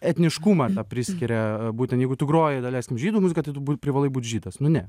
etniškumą tą priskiria būtent jeigu tu groji daleiskim žydų muziką tai tu bū privalai būt žydas nu ne